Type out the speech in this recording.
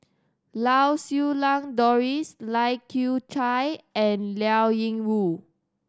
Lau Siew Lang Doris Lai Kew Chai and Liao Yingru